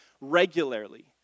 regularly